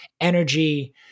energy